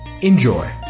Enjoy